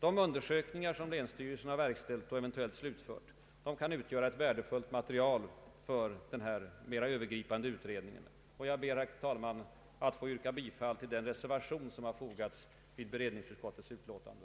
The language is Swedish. De undersökningar som länsstyrelsen verkställt och eventuellt slutfört kan utgöra ett värdefullt material för en sådan mer övergripande utredning. Herr talman! Jag ber att få yrka bifall till den reservation som fogats till allmänna beredningsutskottets utlåtande.